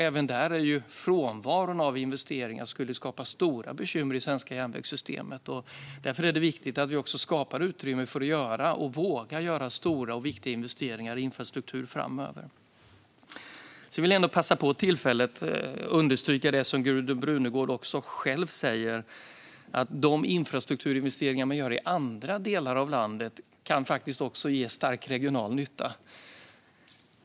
Även där skulle frånvaron av investeringar skapa stora bekymmer i det svenska järnvägssystemet. Därför är det viktigt att vi skapar utrymme för att våga göra stora och viktiga investeringar i infrastruktur framöver. Jag vill passa på att understryka det som Gudrun Brunegård själv sa, att de infrastrukturinvesteringar som görs i andra delar av landet faktiskt kan ge en stor regional nytta.